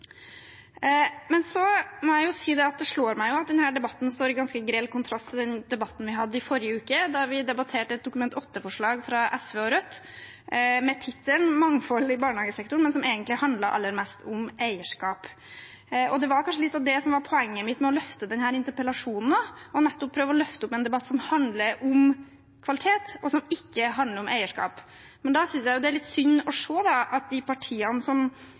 Så må jeg si at det slår meg at denne debatten står i ganske grell kontrast til den debatten vi hadde i forrige uke, da vi debatterte et Dokument 8-forslag fra SV og Rødt, om «en mangfoldig barnehagesektor», men som egentlig handlet aller mest om eierskap. Det var kanskje litt av det som også var poenget mitt med å reise denne interpellasjonen, nettopp å prøve å løfte opp en debatt som handler om kvalitet, og som ikke handler om eierskap. Da synes jeg det er litt synd å se at de partiene som